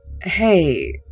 Hey